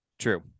True